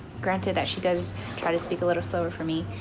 granted that she does try to speak a little slower for me.